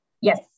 Yes